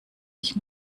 ich